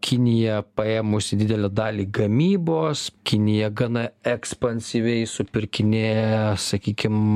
kinija paėmusi didelę dalį gamybos kinija gana ekspansyviai supirkinėja sakykim